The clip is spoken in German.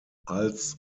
als